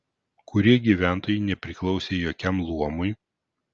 kurie gyventojai nepriklausė jokiam luomui